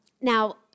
Now